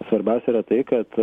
svarbiausia yra tai kad